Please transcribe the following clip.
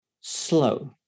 slow